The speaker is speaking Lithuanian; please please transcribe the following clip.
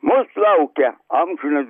mūs laukia amžinas